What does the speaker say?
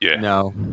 No